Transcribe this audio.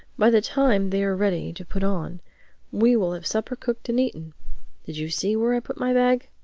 by the time they are ready to put on we will have supper cooked and eaten did you see where i put my bag?